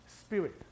Spirit